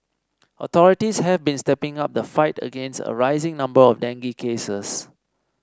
authorities have been stepping up the fight against a rising number of dengue cases